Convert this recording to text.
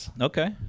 okay